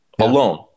alone